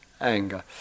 anger